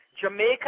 Jamaica